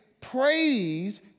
praise